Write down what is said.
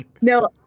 no